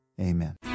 Amen